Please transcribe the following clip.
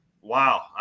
wow